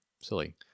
silly